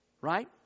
right